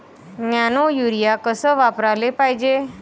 Nano urea कस वापराले पायजे?